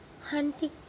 Hunting